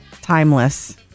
Timeless